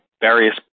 various